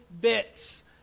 bits